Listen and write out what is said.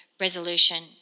resolution